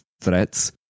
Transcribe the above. threats